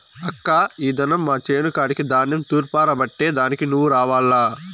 అక్కా ఈ దినం మా చేను కాడికి ధాన్యం తూర్పారబట్టే దానికి నువ్వు రావాల్ల